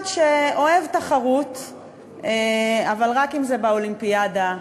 אחד שאוהב תחרות, אבל רק אם זה באולימפיאדה,